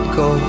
go